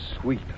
sweet